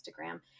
Instagram